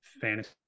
fantasy